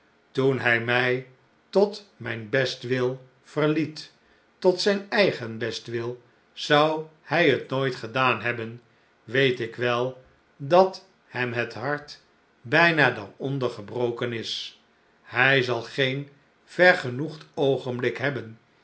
toen hij mij tot mijn bestwil verliet tot zijn eigen bestwil zou hij het nooit gedaan hebben weet ik wel dat hem het hart bijna daaronder gebroken is hij zal geen vergenoegd oogenblik hebben